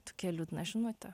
tokia liūdna žinutė